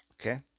Okay